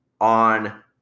on